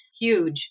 huge